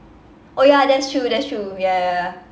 oh ya that's true that's true ya ya ya